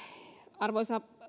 arvoisa